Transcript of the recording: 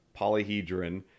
polyhedron